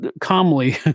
calmly